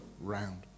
round